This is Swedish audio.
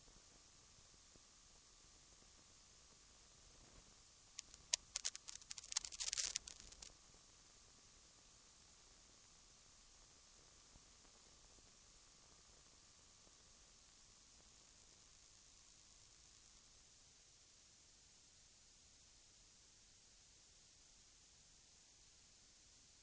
Jag skall därför i detta sammanhang, så som förnuftet bjuder, avstå från att yrka bifall till en redan på förhand slagen motion i den förhoppningen att problemen ändå skall finna sin lösning.